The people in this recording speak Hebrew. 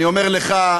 אני אומר לך,